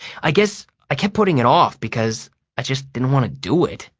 i guess i kept putting it off because i just didn't want to do it.